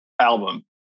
album